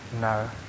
no